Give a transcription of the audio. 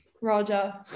Roger